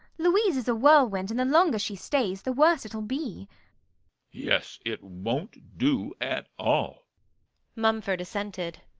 louise is a whirlwind, and the longer she stays, the worse it'll be yes, it won't do at all mumford assented.